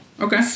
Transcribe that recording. Okay